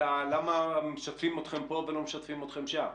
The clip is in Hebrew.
אלא למה לא משתפים אתכם פה ולא משתפים אתכם שם?